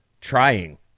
trying